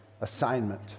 assignment